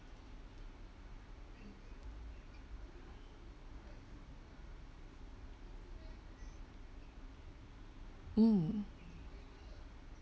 mm